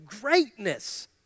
greatness